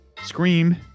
Scream